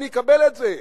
אני אקבל את זה,